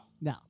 No